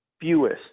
fewest